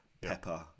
pepper